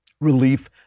relief